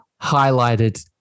highlighted